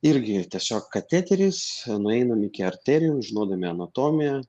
irgi tiesiog kateteris nueinam iki arterijų žinodami anatomiją